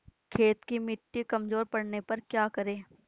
खेत की मिटी कमजोर पड़ने पर क्या करें?